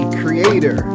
creator